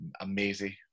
Amazing